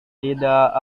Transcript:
tidak